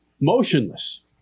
motionless